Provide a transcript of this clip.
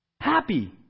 Happy